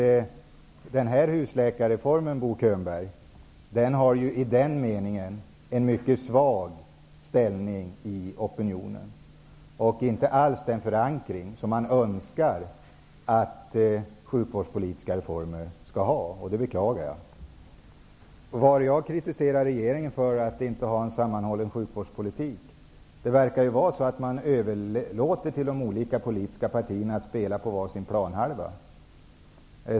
Den föreslagna husläkarreformen, Bo Könberg, har således en mycket svag ställning opinionsmässigt. Vidare har reformen inte alls den förankring som man önskar att sjukvårdspolitiska reformer skall ha, och det beklagar jag. Jag kritiserar regeringen för att den saknar en sammanhållen sjukvårdspolitik. Det verkar ju vara så, att man överlåter på de olika politiska partierna att spela på var sin planhalva.